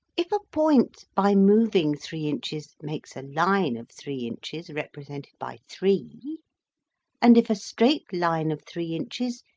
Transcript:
if a point by moving three inches, makes a line of three inches represented by three and if a straight line of three inches,